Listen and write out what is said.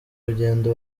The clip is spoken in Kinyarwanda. rugendo